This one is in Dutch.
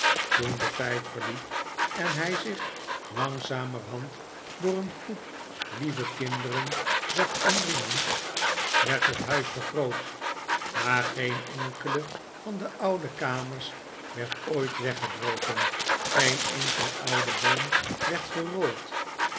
toen de tijd verliep en hij zich langzamerhand door een groep lieve kinderen zag omringen werd het huis vergroot maar geen enkele van de oude kamers werd ooit weggebroken geen enkele oude boom werd gerooid